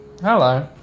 Hello